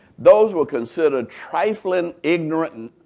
those were considered trifling, ignorant, and